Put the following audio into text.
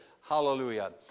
Hallelujah